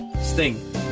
sting